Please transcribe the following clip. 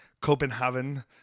Copenhagen